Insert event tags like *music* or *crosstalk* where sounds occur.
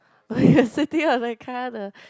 oh ya *laughs* sitting on the car the